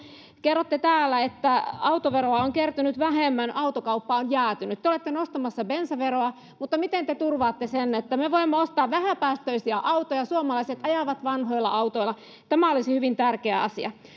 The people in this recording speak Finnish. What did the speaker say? kerrotte täällä että autoveroa on kertynyt vähemmän autokauppa on jäätynyt te te olette nostamassa bensaveroa mutta miten te turvaatte sen että me voimme ostaa vähäpäästöisiä autoja suomalaiset ajavat vanhoilla autoilla tämä olisi hyvin tärkeä asia